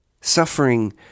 Suffering